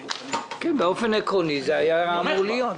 באופן עקרוני זה היה אמור להיות.